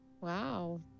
Wow